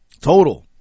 Total